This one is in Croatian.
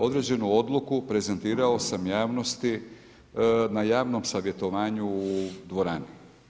Određenu odluku prezentirao sam javnosti na javnom savjetovanju u dvorani.